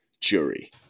jury